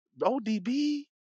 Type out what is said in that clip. ODB